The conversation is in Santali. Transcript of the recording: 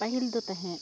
ᱯᱟᱹᱦᱤᱞ ᱫᱚ ᱛᱟᱦᱮᱸᱫ